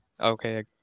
Okay